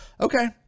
okay